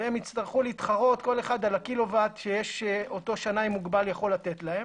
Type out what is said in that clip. ויצטרכו להתחרות על אותו קילו ואט שאותו שנאי מוגבל יכול לתת להם.